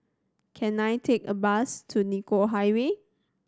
can I take a bus to Nicoll Highway